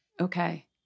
okay